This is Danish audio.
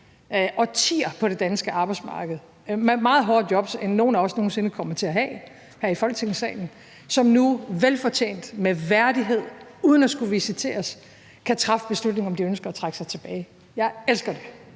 årtier på det danske arbejdsmarked med meget hårdere jobs, end nogen af os her i Folketingssalen nogen sinde kommer til at have, som nu velfortjent med værdighed og uden at skulle visiteres kan træffe beslutning om, om de ønsker at trække sig tilbage. Jeg elsker det.